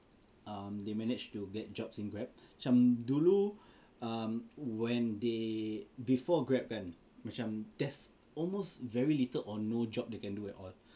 um they managed to get jobs in Grab macam dulu um when they before Grab kan macam there's almost very little or no job they can do at all